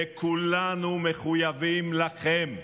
וכולנו מחויבים לכם,